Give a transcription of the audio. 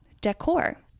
decor